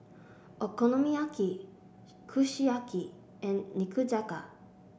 Okonomiyaki Kushiyaki and Nikujaga